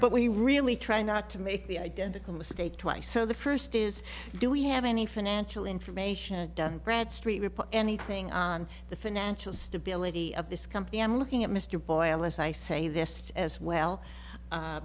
but we really try not to make the identical mistake twice so the first is do we have any financial information done bradstreet report anything on the financial stability of this company i'm looking at mr boyle as i say this as well